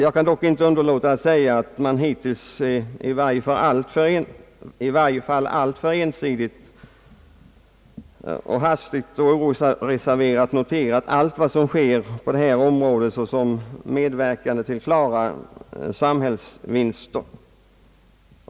Jag kan dock inte underlåta att säga att man hittills i varje fall alltför ensidigt, hastigt och oreserverat noterat allt vad som sker på detta område som medverkande till klara samhällsvinster.